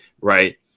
Right